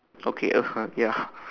okay her front ya